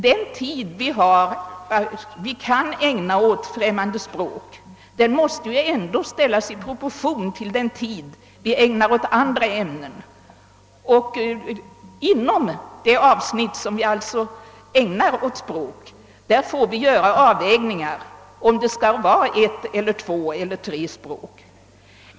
Den tid vi kan ägna undervisningen i främmande språk måste ändå ställas i proportion till den tid vi ägnar åt andra ämnen, och inom det avsnitt som ägnas åt språken måste vi göra avvägningen huruvida vi skall ha ett, två eller tre språk.